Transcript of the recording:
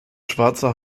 schwarzer